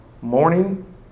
morning